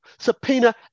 subpoena